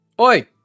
Oi